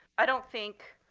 i don't think